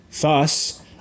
Thus